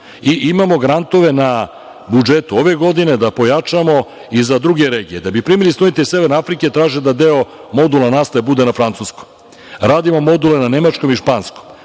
I imamo grantove na budžetu ove godine da pojačamo i za druge regije. Da bi primili studente iz severne Afrike, traže da deo modula nastave bude na Francuskom. Radimo module na nemačkom i španskom.